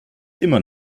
immer